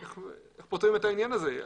פותרים את העניין הזה.